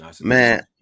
Man